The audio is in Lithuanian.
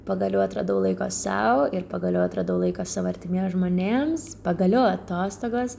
pagaliau atradau laiko sau ir pagaliau atradau laiko savo artimiem žmonėms pagaliau atostogos